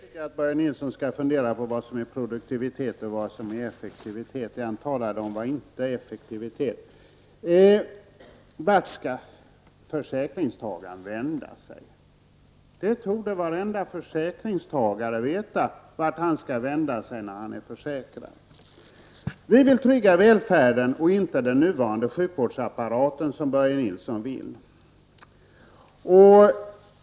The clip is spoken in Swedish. Herr talman! Först tycker jag Börje Nilsson skall fundera på vad som är produktivitet och vad som är effektivitet. Det han talade om var inte effektivitet. Vart skall försäkringstagaren vända sig? Varenda försäkringstagare torde veta vart han skall vända sig när han är försäkrad. Vi vill trygga välfärden, men inte den nuvarande sjukvårdsapparaten som Börje Nilsson vill.